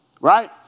right